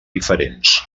diferents